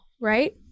right